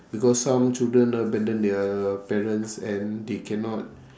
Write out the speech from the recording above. because some children abandon their parents and they cannot